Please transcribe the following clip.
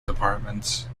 departments